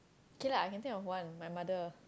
K lah I can think of one my mother